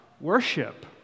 Worship